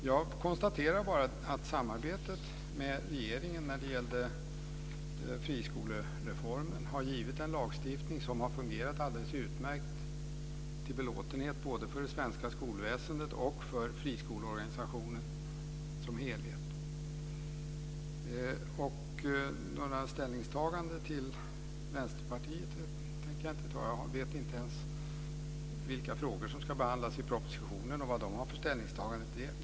Jag konstaterar bara att samarbetet med regeringen när det gäller friskolereformen har givit en lagstiftning som har fungerat alldeles utmärkt, till belåtenhet både för det svenska skolväsendet och för friskoleorganisationen som helhet. Några ställningstaganden till Vänsterpartiet tänker jag inte ta. Jag vet inte ens vilka frågor som ska behandlas i propositionen och vad man har för ställningstagande till det.